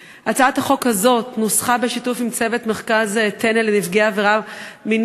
הצעת חוק זכויות נפגעי עבירה שלפנינו נועדה להעניק לנפגעי עבירת מין